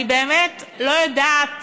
אני באמת לא יודעת